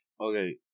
Okay